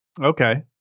Okay